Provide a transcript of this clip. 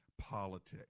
politics